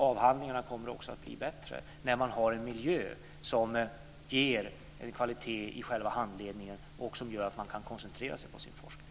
Avhandlingarna kommer att bli bättre när man har en miljö som ger kvalitet i själva handledningen och som gör att man kan koncentrera sig på sin forskning.